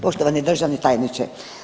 Poštovani državni tajniče.